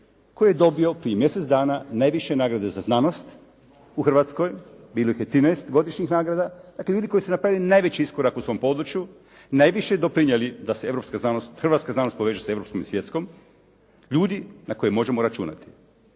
koji je dobio prije mjesec dana najviše nagrade za znanost u Hrvatskoj? Bilo ih je 13 godišnjih nagrada. Dakle ljudi koji su napravili najveći iskorak u svom području. Najviše doprinijeli da se europska znanost, hrvatska znanost poveže sa europskom i svjetskom, ljudi na koje možemo računati.